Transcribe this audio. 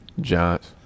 Giants